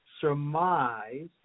surmise